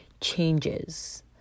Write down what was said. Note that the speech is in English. changes